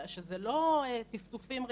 שזה לא טפטופים רגילים,